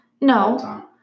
No